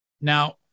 now